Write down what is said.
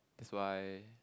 that's why